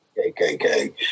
KKK